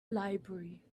library